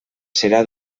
serà